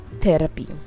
therapy